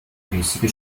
riesige